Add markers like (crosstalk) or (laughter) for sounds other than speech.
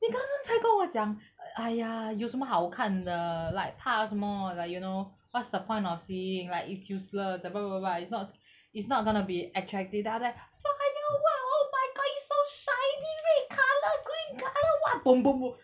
你刚刚才跟我讲 !aiya! 有什么好看的 like 怕什么 like you know what's the point of seeing like it's useless (noise) it's not it's not gonna be attractive then after that firework oh my god it's so shiny red colour green colour !wah! boom boom boom